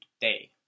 today